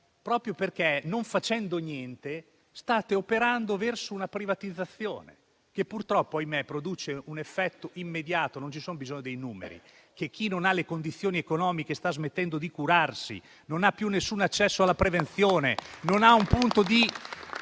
proprio perché, non facendo niente, state operando verso una privatizzazione che - ahimè - produce un effetto immediato. Non c'è bisogno dei numeri: chi non ha le possibilità economiche sta smettendo di curarsi, non ha più alcun accesso alla prevenzione e non ha un punto di